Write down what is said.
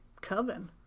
coven